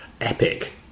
epic